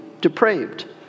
depraved